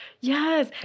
Yes